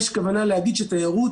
יש כוונה להגיד שהתיירות,